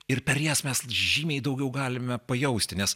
ir per jas mes žymiai daugiau galime pajausti nes